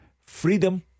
Freedom